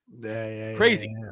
crazy